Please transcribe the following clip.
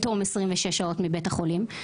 בתום 26 שעות מבית החולים,